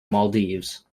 maldives